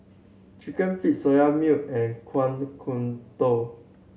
Chicken Feet Soya Milk and Kueh Kodok